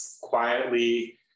quietly